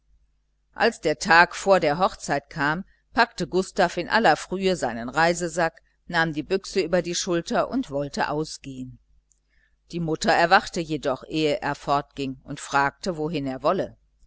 als der tag vor der hochzeit kam packte gustav in aller frühe seinen reisesack nahm die büchse über die schulter und wollte ausgehen die mutter erwachte jedoch ehe er fortging und fragte wohin er wolle